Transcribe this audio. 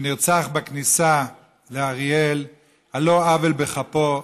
שנרצח בכניסה לאריאל על לא עוול בכפו.